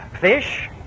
fish